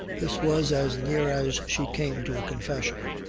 this was as near as she came to a confession,